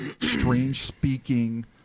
strange-speaking